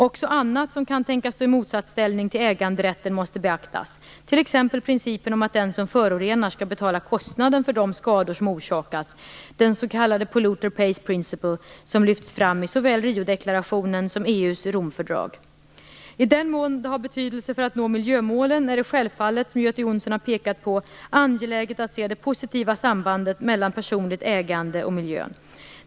Också annat som kan tänkas stå i motsatsställning till äganderätten måste beaktas, t.ex. principen om att den som förorenar skall betala kostnaden för de skador som orsakas, den s.k. Polluter Pays Principle, som lyfts fram i såväl Riodeklarationen som EU:s Romfördrag. I den mån det har betydelse för att nå miljömålen är det självfallet, som Göte Jonsson har pekar på, angeläget att se det positiva sambandet mellan personligt ägande och miljön.